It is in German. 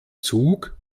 zug